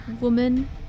woman